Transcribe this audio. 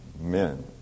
men